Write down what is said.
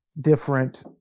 different